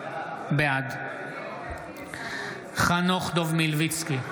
בעד חנוך דב מלביצקי,